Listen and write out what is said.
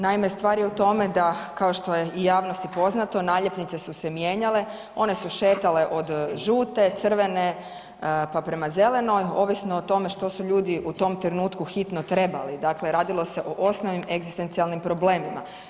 Naime, stvar je u tome da kao što je i javnosti poznato, naljepnice su se mijenjale, one su šetale od žute, crvene pa prema zelenoj, ovisno o tome što su ljudi u tom trenutku hitno trebali, dakle radilo se o osnovnim egzistencijalnim problemima.